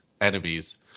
enemies